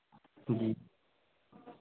जी